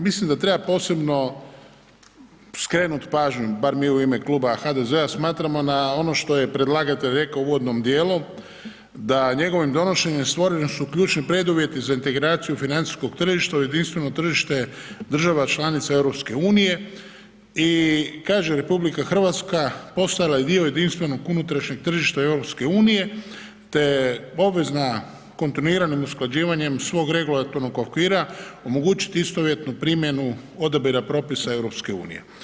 Mislim da treba posebno skrenuti pažnju, bar mi u ime Kluba HDZ-a smatramo, na ono što je predlagatelj rekao u uvodnom dijelu da njegovim donošenjem stvoreni su ključni preduvjeti za integraciju financijskog tržišta u jedinstveno tržište država članica EU i kaže, RH postala je dio jedinstvenog unutrašnjeg tržišta EU te je obveza kontinuiranim usklađivanjem svog regulatornog okvira omogućiti istovjetnu primjenu odabira propisa EU.